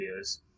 videos